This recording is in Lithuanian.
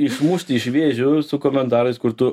išmušti iš vėžių su komentarais kur tu